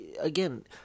again